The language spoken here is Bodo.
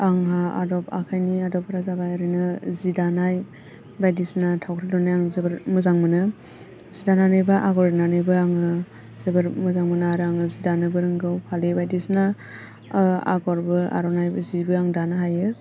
आंहा आदब आखायनि आदबफोरा जाबाय ओरैनो जि दानाय बायदिसिना थावख्रि लुनाय आं जोबोर मोजां मोनो सि दानानैबो आगर एरनानैबो आङो जोबोर मोजां मोनो आरो आङो जि दानोबो रोंगौ फालि बायदिसिना आगरबो आर'नाइबो जिबो आं दानो हायो